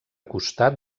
costat